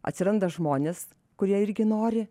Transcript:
atsiranda žmonės kurie irgi nori